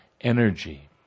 energy